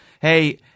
hey